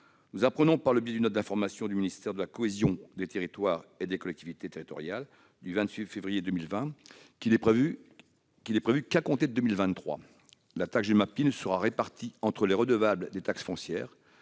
Nous apprenons, par le biais d'une note d'information du ministère de la cohésion des territoires et des collectivités territoriales du 28 février 2020, qu'il est prévu que, à compter de 2023, la taxe Gemapi sera répartie entre les redevables des taxes foncières,